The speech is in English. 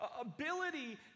ability